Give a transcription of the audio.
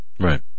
Right